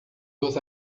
dos